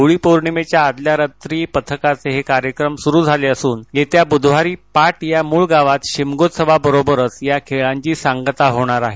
होळीपौर्णिमेच्या आदल्या रात्री पथकाचे हे कार्यक्रम सुरू झाले असून येत्या ब्धवारी पाट या मूळ गावात शिमगोत्सवाबरोबरच या खेळांची सांगता होणार आहे